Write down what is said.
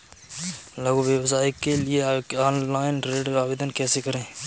लघु व्यवसाय के लिए ऑनलाइन ऋण आवेदन कैसे करें?